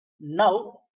now